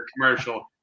commercial